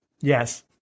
Yes